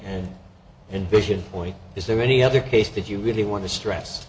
and envision point is there any other case that you really want to stress